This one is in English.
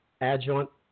adjunct